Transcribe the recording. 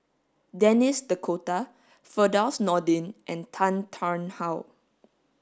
Denis D Cotta Firdaus Nordin and Tan Tarn How